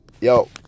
Yo